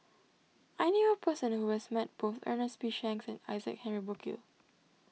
I knew a person who has met both Ernest P Shanks and Isaac Henry Burkill